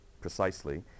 precisely